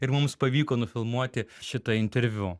ir mums pavyko nufilmuoti šitą interviu